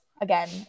again